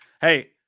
Hey